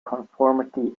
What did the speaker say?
conformity